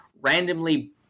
randomly